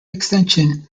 extension